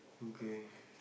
okay